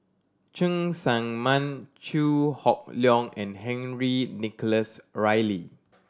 Cheng Tsang Man Chew Hock Leong and Henry Nicholas Ridley